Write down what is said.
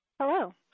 Hello